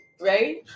right